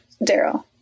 daryl